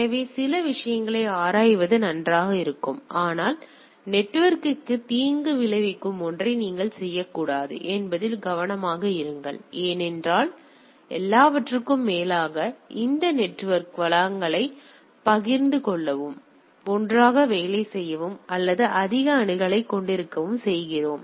எனவே சில விஷயங்களை ஆராய்வது நன்றாக இருக்கும் ஆனால் நெட்வொர்க்கிற்கு தீங்கு விளைவிக்கும் ஒன்றை நீங்கள் செய்யக்கூடாது என்பதில் கவனமாக இருங்கள் ஏனென்றால் எல்லாவற்றிற்கும் மேலாக இந்த நெட்வொர்க்கை வளங்களை பகிர்ந்து கொள்ளவும் ஒன்றாக வேலை செய்யவும் அல்லது அதிக அணுகலைக் கொண்டிருக்கவும் செய்கிறோம்